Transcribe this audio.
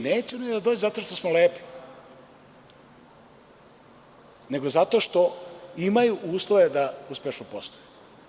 Neće oni da dođu zato što smo lepi, nego zato što imaju uslove da uspešno posluju.